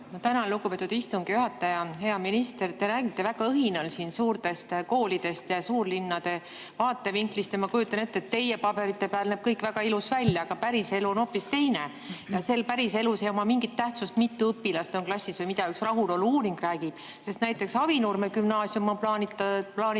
Tänan, lugupeetud istungi juhataja! Hea minister! Te räägite väga õhinal siin suurtest koolidest ja suurlinnade vaatevinklist. Ja ma kujutan ette, et teie paberite peal näeb kõik väga ilus välja. Aga päriselu on hoopis teine. Päriselus ei oma mingit tähtsust, mitu õpilast on klassis või mida üks rahulolu-uuring räägib. Sest näiteks Avinurme Gümnaasium on plaanitud